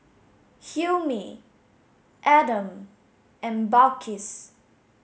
Hilmi Adam and Balqis